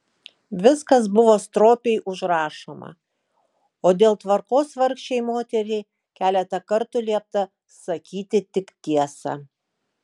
viskas buvo stropiai užrašoma o dėl tvarkos vargšei moteriai keletą kartų liepta sakyti tik tiesą